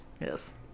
Yes